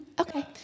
Okay